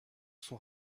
sont